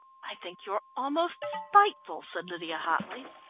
i think you're almost spiteful, said lydia hotly.